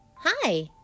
Hi